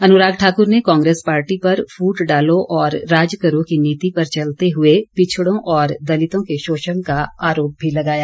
अनुराग ठाकुर ने कांग्रेस पार्टी पर फूट डालो और राज करो की नीति पर चलते हुए पिछडो और दलितों के शोषण का आरोप भी लगाया